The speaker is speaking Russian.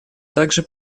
также